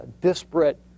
disparate